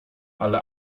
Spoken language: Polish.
ale